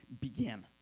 begin